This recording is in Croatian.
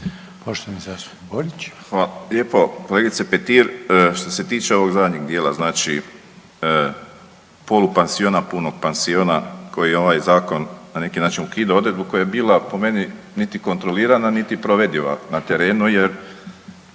Josip (HDZ)** Hvala lijepo. Kolegice Petir, što se tiče ovog zadnjeg dijela, znači polupansiona, punog pansiona koji ovaj zakon na neki način ukida odredbu koja je bila po meni niti kontrolirana niti provediva na terenu jer